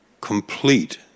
complete